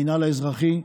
המינהל האזרחי,